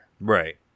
right